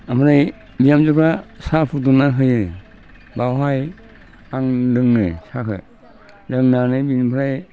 आमफ्राय बिहमाजोफ्रा साहा फुदुंना होयो बावहाय आं लोङो साहाखो लोंनानै बिनिफ्राय